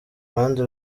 ruhande